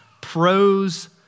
pros